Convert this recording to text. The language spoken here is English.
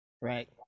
Right